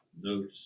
notes